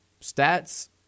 stats